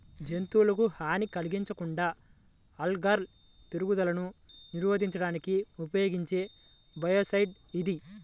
జంతువులకు హాని కలిగించకుండా ఆల్గల్ పెరుగుదలను నిరోధించడానికి ఉపయోగించే బయోసైడ్ ఇది